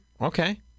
Okay